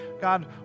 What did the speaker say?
God